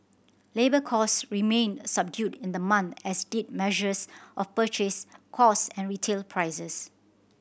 labour cost remained subdued in the month as did measures of purchase cost and retail prices